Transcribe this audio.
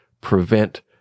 prevent